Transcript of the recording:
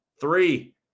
three